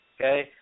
okay